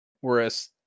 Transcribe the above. Whereas